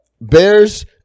Bears